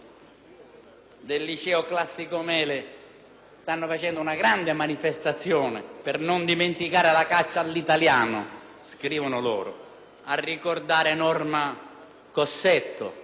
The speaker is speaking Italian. del liceo classico Mele stanno facendo una grande manifestazione per non dimenticare la caccia all'italiano - scrivono loro - per ricordare Norma Cossetto,